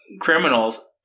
criminals